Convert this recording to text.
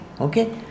okay